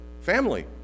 family